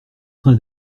train